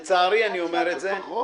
חשוב לציין שצו ירושה בפני עצמו,